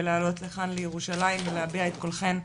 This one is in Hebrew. ולהעלות לכאן לירושלים ולהביע את קולכן,